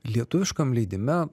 lietuviškam leidime